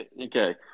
okay